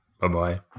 Bye-bye